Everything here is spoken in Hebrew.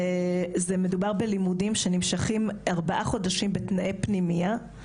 מדובר בלימודים שנמשכים ארבעה חודשים בתנאי פנימייה,